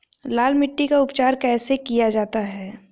लाल मिट्टी का उपचार कैसे किया जाता है?